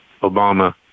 Obama